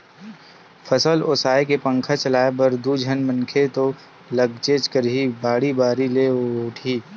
फसल ओसाए के पंखा चलाए बर दू झन मनखे तो लागबेच करही, बाड़ी बारी ले ओटही